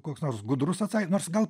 koks nors gudrus atsa nors gal